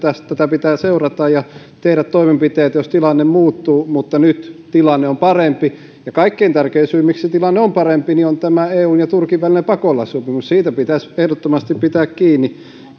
tätä pitää seurata ja pitää tehdä toimenpiteitä jos tilanne muuttuu mutta nyt tilanne on parempi ja kaikkein tärkein syy miksi tilanne on parempi on tämä eun ja turkin välinen pakolaissopimus siitä pitäisi ehdottomasti pitää kiinni